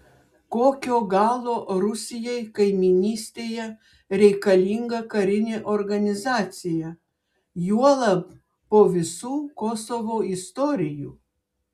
kokio galo rusijai kaimynystėje reikalinga karinė organizacija juolab po visų kosovo istorijų